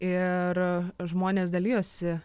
ir žmonės dalijosi